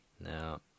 Now